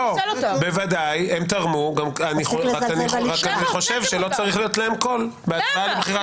הם תרמו אלא שאני חושב שלא צריך להיות להם קול בהצבעה לבחירת שופטים.